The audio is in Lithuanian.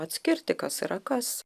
atskirti kas yra kas